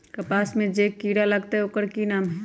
कपास में जे किरा लागत है ओकर कि नाम है?